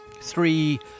three